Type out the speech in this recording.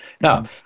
Now